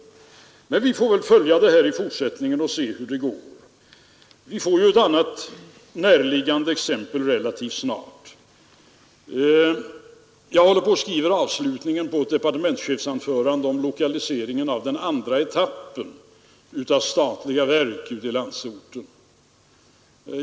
Men vi får väl följa detta i fortsättningen och se hur det går. Vi får ta ställning till ett annat närliggande exempel rätt snart. Jag håller på att skriva avslutningen på ett departementschefsanförande om den andra etappen av utlokaliseringen av statliga verk i landsorten.